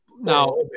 now